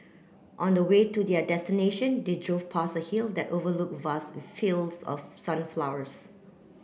on the way to their destination they drove past a hill that overlook vast fields of sunflowers